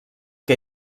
que